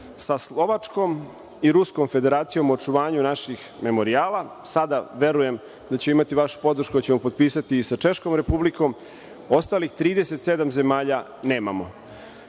sa Slovačkom i Ruskom Federacijom o očuvanju naših memorijala. Verujem da ćemo imati vašu podršku i da ćemo potpisati i sa Češkom Republikom. Ostalih 37 zemalja nemamo.Za